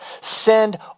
send